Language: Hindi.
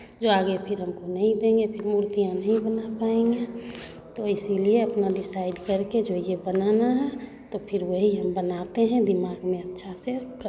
जो आगे फिर हमको नहीं देंगे फिर मूर्तियाँ नहीं बना पाएंगे तो इसीलिए अपना डिसाइड करके जो ये बनाना है तो फिर वही हम बनाते हैं दिमाग में अच्छा से